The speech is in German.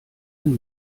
ein